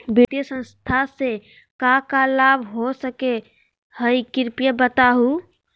वित्तीय संस्था से का का लाभ हो सके हई कृपया बताहू?